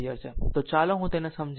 તો ચાલો હું તેને સમજાવું